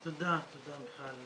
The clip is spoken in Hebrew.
תודה, מיכל.